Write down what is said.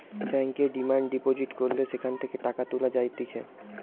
ব্যাংকে demand deposit করলে সেখান থেকে টাকা তুলা যাইতেছে